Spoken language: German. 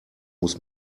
muss